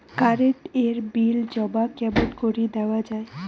Current এর bill জমা কেমন করি দেওয়া যায়?